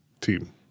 team